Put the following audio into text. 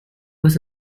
was